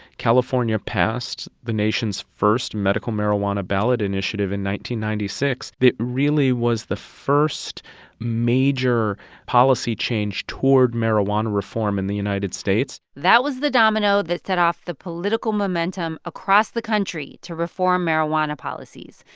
california passed the nation's first medical marijuana ballot initiative in ninety ninety six. it really was the first major policy change toward marijuana reform in the united states that was the domino that set off the political momentum across the country to reform marijuana policies.